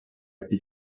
під